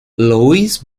louis